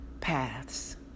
paths